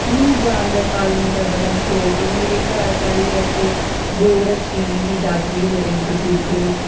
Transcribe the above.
मिगी जानवर पालने दा बड़ा शौक मेरे घर पैह्लें असें गौ रक्खी दी ही दादी होरें बजुर्ग न